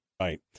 Right